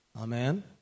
Amen